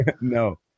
No